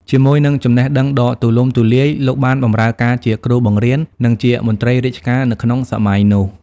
ជាមួយនឹងចំណេះដឹងដ៏ទូលំទូលាយ លោកបានបម្រើការជាគ្រូបង្រៀន និងជាមន្ត្រីរាជការនៅក្នុងសម័យនោះ។